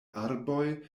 arboj